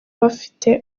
bafite